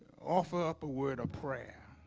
offer up a word of prayer